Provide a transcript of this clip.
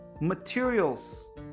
materials